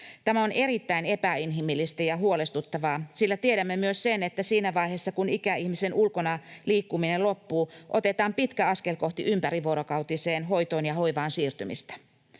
Tämä on erittäin epäinhimillistä ja huolestuttavaa, sillä tiedämme myös sen, että siinä vaiheessa kun ikäihmisen ulkona liikkuminen loppuu, otetaan pitkä askel kohti ympärivuorokautiseen hoitoon ja hoivaan siirtymistä.